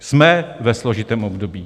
Jsme ve složitém období.